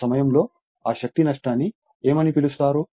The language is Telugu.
ఆ సమయంలో ఆ శక్తి నష్టాన్ని ఏమని పిలుస్తారు